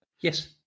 Yes